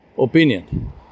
opinion